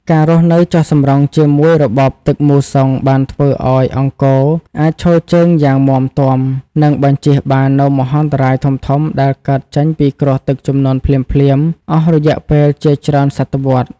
ការរស់នៅចុះសម្រុងជាមួយរបបទឹកមូសុងបានធ្វើឱ្យអង្គរអាចឈរជើងយ៉ាងមាំទាំ និងបញ្ចៀសបាននូវមហន្តរាយធំៗដែលកើតចេញពីគ្រោះទឹកជំនន់ភ្លាមៗអស់រយៈពេលជាច្រើនសតវត្ស។